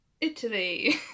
Italy